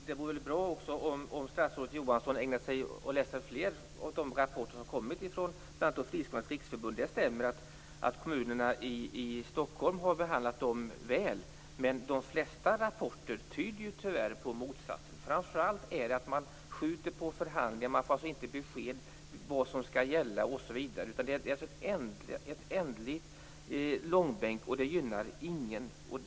Herr talman! Det vore bra om statsrådet Johansson ägnade sig åt att läsa fler av de rapporter som har kommit från bl.a. Friskolornas riksförbund. Det stämmer att kommunerna i Stockholm har behandlat friskolorna väl, men de flesta rapporter tyder tyvärr på motsatsen. Framför allt har det skjutits på förhandlingar, det har inte lämnats besked om vad som skall gälla osv. Det är alltså en oändlig långbänk, och det gynnar ingen.